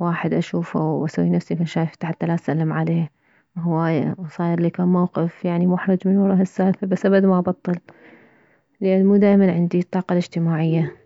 واحد اشوفه واسوي نفسي ما شايفته حتى لا اسلم عليه هواية وصاريلي كم موقف يعني محرج من ورة هالسالفة بس ابد ما بطل لان مو دائما عندي طاقة الاجتماعية